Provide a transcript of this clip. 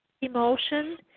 emotion